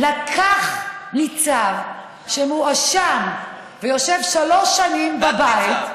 לקח ניצב שמואשם ויושב שלוש שנים בבית,